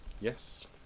yes